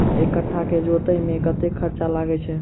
एक कट्ठा केँ जोतय मे कतेक खर्चा लागै छै?